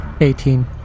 Eighteen